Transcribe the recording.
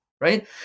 right